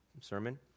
sermon